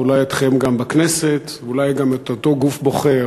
ואולי גם אתכם בכנסת, ואולי גם את אותו גוף בוחר,